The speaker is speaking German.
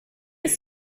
ist